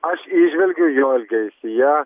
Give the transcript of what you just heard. aš įžvelgiu jo elgesyje